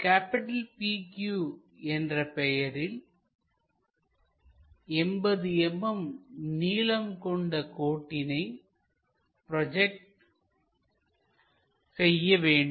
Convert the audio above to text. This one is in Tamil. PQ என்ற பெயரில் 80 mm நீளம் கொண்ட கோட்டினை ப்ராஜெக்ட் செய்ய வேண்டும்